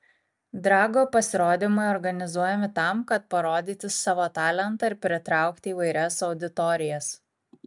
drago pasirodymai organizuojami tam kad parodyti savo talentą ir pritraukti įvairias auditorijas